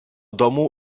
domu